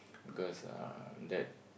because uh that